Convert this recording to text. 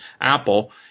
Apple